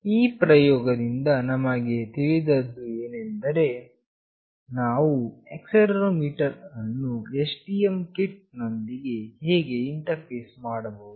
ಈ ಪ್ರಯೋಗದಿಂದ ನಮಗೆ ತಿಳಿದದ್ದು ಏನೆಂದರೆ ನಾವು ಆಕ್ಸೆಲೆರೋಮೀಟರ್ ಅನ್ನು STM ಕಿಟ್ ನೊಂದಿಗೆ ಹೇಗೆ ಇಂಟರ್ಫೇಸ್ ಮಾಡಬಹುದು